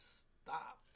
stop